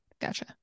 gotcha